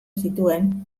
zituen